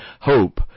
hope